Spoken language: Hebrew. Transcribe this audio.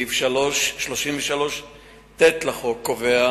סעיף 33ט לחוק קובע